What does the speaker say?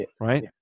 Right